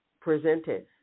presented